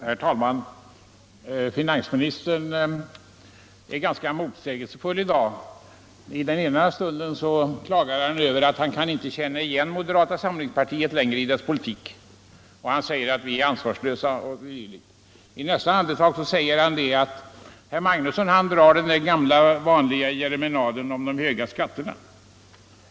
Herr talman! Finansministern är ganska motsägelsefull i dag. I ena stunden klagar han över att han inte känner igen moderata samlingspartiet längre i dess politik och säger att vi är ansvarslösa och dylikt. I nästa andetag säger finansministern att herr Magnusson i Borås drar den gamla vanliga jeremiaden om höga skatter.